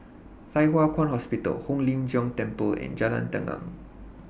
Thye Hua Kwan Hospital Hong Lim Jiong Temple and Jalan Tenang